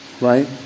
right